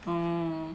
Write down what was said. oh